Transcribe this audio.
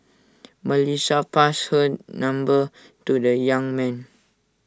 Melissa passed her number to the young man